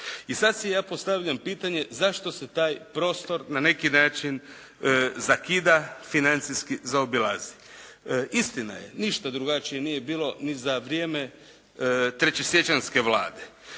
I sad si ja postavljam pitanje, zašto se taj prostor na neki način zakida, financijski zaobilazi? Istina je, ništa drugačije nije bilo ni za vrijeme Trećesiječanjske Vlade.